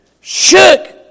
shook